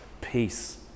peace